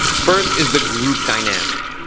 first is the group dynamic.